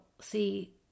see